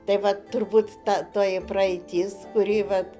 tai va turbūt ta toji praeitis kuri vat